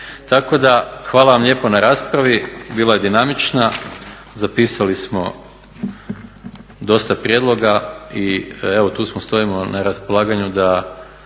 Tako da hvala vam lijepo na raspravi, bila je dinamična. Zapisali smo dosta prijedloga i evo tu smo, stojimo na raspolaganju da,